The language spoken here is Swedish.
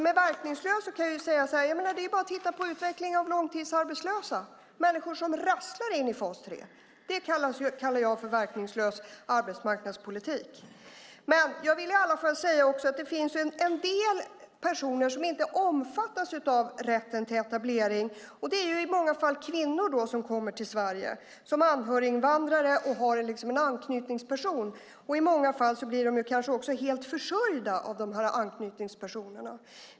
Det är bara att titta på utvecklingen för de långtidsarbetslösa, människor som rasslar in i fas 3. Det kallar jag för verkningslös arbetsmarknadspolitik. Det finns en del personer som inte omfattas av rätten till etablering. Det är i många fall kvinnor som kommer till Sverige som anhöriginvandrare och har en anknytningsperson. I många fall blir de kanske helt försörjda av anknytningspersonerna.